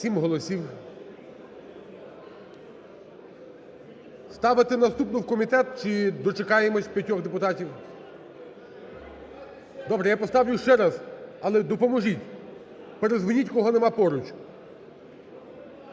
Сім голосів. Ставити наступну в комітет чи дочекаємось п'ятьох депутатів? Добре, я поставлю ще раз, але допоможіть. Передзвоніть, кого нема поруч.